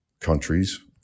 countries